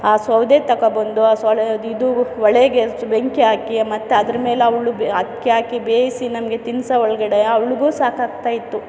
ಆ ಸೌದೆ ತಗೊಂಡ್ಬಂದು ಇದು ಒಲೆಗೆ ಬೆಂಕಿ ಹಾಕಿ ಮತ್ತೆ ಅದ್ರ ಮೇಲೆ ಅವಳು ಅಕ್ಕಿ ಹಾಕಿ ಬೇಯಿಸಿ ನಮಗೆ ತಿನ್ಸೋ ಒಳಗಡೆ ಅವ್ಳಿಗೂ ಸಾಕಾಗ್ತಾಯಿತ್ತು